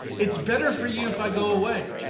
it's better for you if i go away.